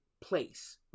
place